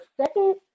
second